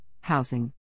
housing